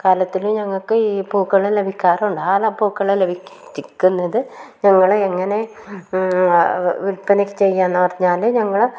കാലത്തിലും ഞങ്ങൾക്ക് ഈ പൂക്കൾ ലഭിക്കാറുണ്ട് ആ പൂക്കൾ ലഭിക്കുന്നത് ഞങ്ങൾ എങ്ങനെ വിൽപ്പന ചെയ്യുമെന്ന് പറഞ്ഞാൽ ഞങ്ങൾ